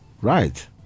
Right